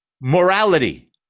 morality